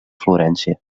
florència